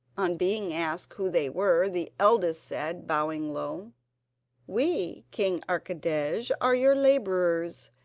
on being asked who they were, the eldest said, bowing low we, king archidej, are your labourers,